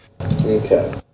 okay